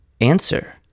Answer